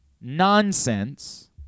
nonsense